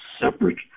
separate